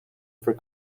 for